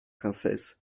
princesses